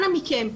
אנא מכם,